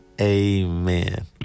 amen